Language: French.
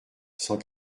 cent